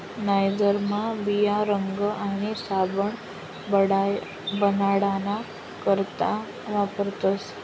नाइजरन्या बिया रंग आणि साबण बनाडाना करता वापरतस